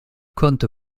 compte